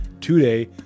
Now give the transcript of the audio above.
today